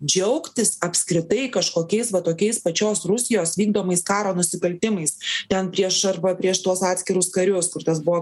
džiaugtis apskritai kažkokiais va tokiais pačios rusijos vykdomais karo nusikaltimais ten prieš arba prieš tuos atskirus karius kur tas buvo